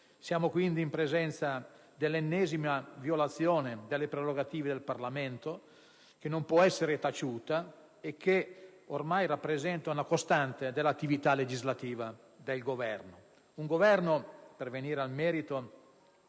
Siamo quindi in presenza dell'ennesima violazione delle prerogative del Parlamento, che non può essere taciuta e che ormai rappresenta una costante dell'attività legislativa del Governo. Per venire al merito